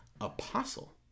apostle